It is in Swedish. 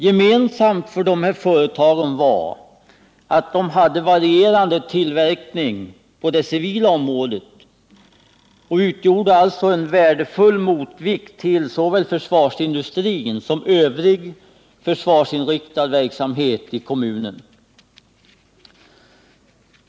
Gemensamt för här nämnda företag var att de hade varierande tillverkning på det civila området och utgjorde en värdefull motvikt till såväl försvarsindustrin som övrig försvarsinriktad verksamhet i kommunen.